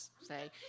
say